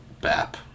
BAP